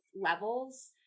levels